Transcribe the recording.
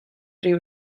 ryw